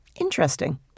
Interesting